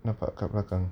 nampak kat belakang